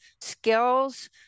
skills